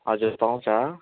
हजुर पाउँछ